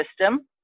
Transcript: system